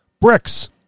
bricks